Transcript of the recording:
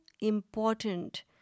important